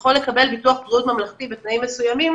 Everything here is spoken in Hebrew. יכול לקבל ביטוח בריאות ממלכתי בתנאים מסוימים